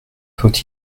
faut